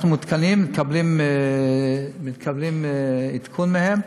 אנחנו מעודכנים, מקבלים עדכון מהם,